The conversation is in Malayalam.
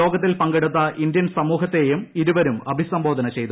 യോഗത്തിൽ പങ്കെടുത്ത ഇന്ത്യൻ സമൂഹത്തെയും ഇരുവരും അഭിസംബോധന ചെയ്തു